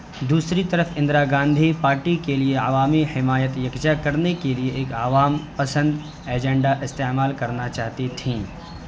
دوسری طرف اندرا گاندھی پارٹی کے لیے عوامی حمایت یکجا کرنے کے لیے ایک عوام پسند ایجنڈا استعمال کرنا چاہتی تھیں